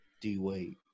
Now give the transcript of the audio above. D-Wade